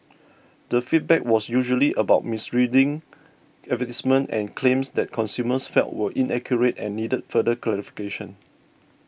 the feedback was usually about misleading advertisements and claims that consumers felt were inaccurate and needed further clarification